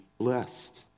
blessed